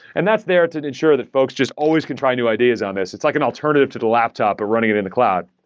and that's there to ensure that folks just always can try new ideas on this. it's like an alternative to the laptop but running it in the cloud.